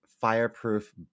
fireproof